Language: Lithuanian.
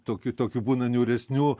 tokių tokių būna niūresnių